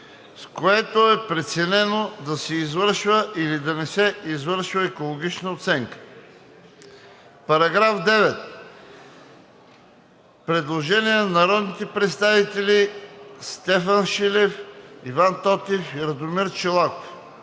с което е преценено да се извършва или да не се извършва екологична оценка“.“ По § 9 има предложение на народните представители Стефан Шилев, Иван Тотев и Радомир Чолаков.